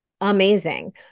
Amazing